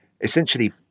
essentially